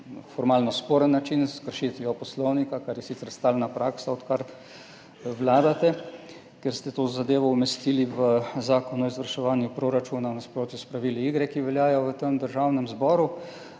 formalno sporen način s kršitvijo Poslovnika, kar je sicer stalna praksa, odkar vladate, ker ste to zadevo umestili v zakon o izvrševanju proračuna v nasprotju s pravili igre, ki veljajo v Državnem zboru,